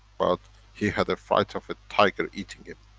but he had a fright of a tiger eating him,